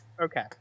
okay